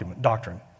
doctrine